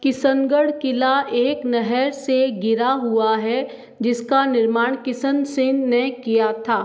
किसनगढ़ किला एक नहर से घिरा हुआ है जिसका निर्माण किशन सिंह ने किया था